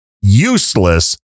useless